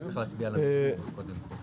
צריך להצביע קודם על המיזוג.